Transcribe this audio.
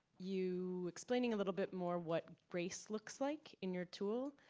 you explaining a little bit more what race looks like in your tool,